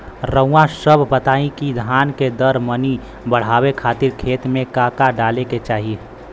रउआ सभ बताई कि धान के दर मनी बड़ावे खातिर खेत में का का डाले के चाही?